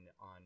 on